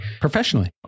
professionally